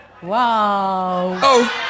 Wow